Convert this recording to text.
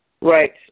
Right